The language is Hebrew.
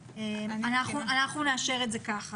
אנחנו נאשר את זה כך.